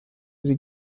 sie